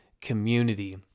community